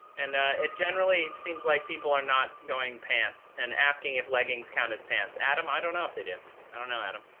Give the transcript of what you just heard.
and it generally seems like people are not going pants and asking if leggings count as pants. adam, i don't know if they do. i don't know, adam.